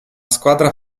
squadra